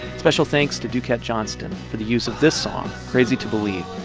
special thanks to duquette johnston for the use of this song, crazy to believe,